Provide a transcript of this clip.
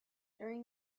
during